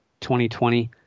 2020